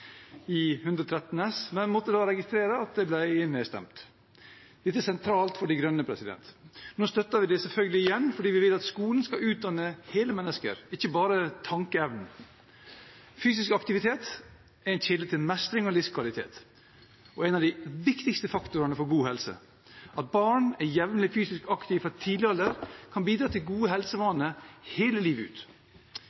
Representantforslag 113 S for 2016–2017, men måtte da registrere at det ble nedstemt. Dette er sentralt for De Grønne. Nå støtter vi det selvfølgelig igjen, for vi vil at skolen skal utdanne hele mennesker, ikke bare tenkeevnen. Fysisk aktivitet er en kilde til mestring og livskvalitet, og det er en av de viktigste faktorene for god helse. At barn er jevnlig fysisk aktive fra tidlig alder kan bidra til gode